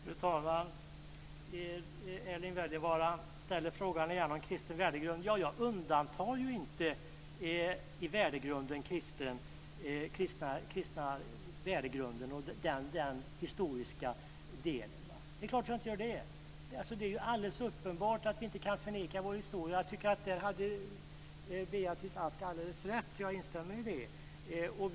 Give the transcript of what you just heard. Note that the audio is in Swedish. Fru talman! Erling Wälivaara ställde igen frågan om kristen värdegrund. Jag undantar inte från värdegrunden den kristna värdegrunden och den historiska delen. Det är klart att jag inte gör det. Det är ju alldeles uppenbart att vi inte kan förneka vår historia. Där tycker jag att Beatrice Ask har alldeles rätt och instämmer i det.